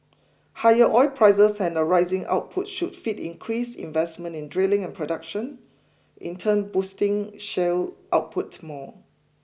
higher oil prices and rising output should feed increased investment in drilling and production in turn boosting shale output more